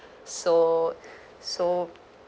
so so